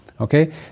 Okay